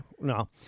no